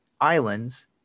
Islands